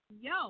Yo